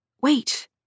Wait